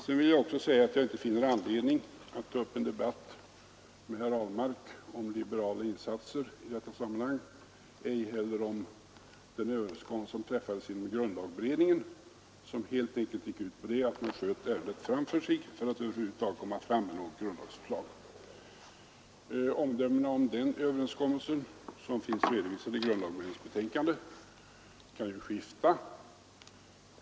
För övrigt finner jag inte anledning att ta upp en debatt med herr Ahlmark om liberala insatser i detta sammanhang, ej heller om den överenskommelse som träffades inom grundlagberedningen och som helt enkelt gick ut på att man sköt ärendet framför sig för att över huvud taget komma fram med något grundlagsförslag. Omdömena om den överenskommelsen, som finns redovisade i grundlagberedningens betänkande, kan ju skifta.